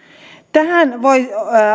tähän